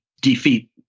defeat